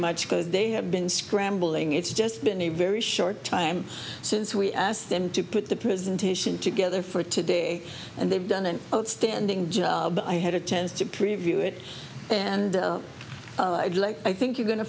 much because they have been scrambling it's just been a very short time since we asked them to put the presentation together for today and they've done an outstanding job but i had a chance to preview it and i think you're going to